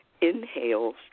Inhales